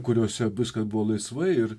kuriose viskas buvo laisvai ir